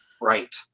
right